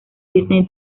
disney